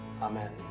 Amen